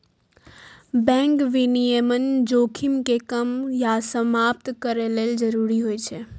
bank विनियमन जोखिम कें कम या समाप्त करै लेल जरूरी होइ छै